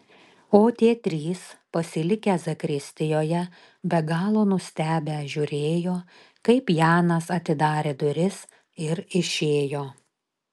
o tie trys pasilikę zakristijoje be galo nustebę žiūrėjo kaip janas atidarė duris ir išėjo